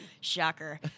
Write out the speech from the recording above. Shocker